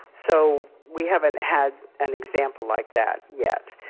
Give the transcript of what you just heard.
so we haven't had an example like that yet.